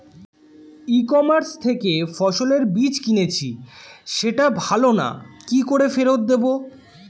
E commerce থেকে ফসলের বীজ কিনেছি সেটা ভালো না কি করে ফেরত দেব?